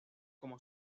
como